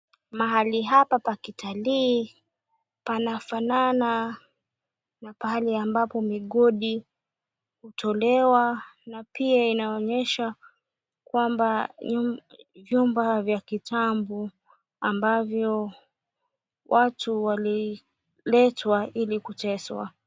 Mahali hapa pa kitalii panafanana na pahali ambapo migodi hutolewa, na pia inaonyesha kwamba vyumba vya kitambo ambavyo watu waliletwa ili kuteswa.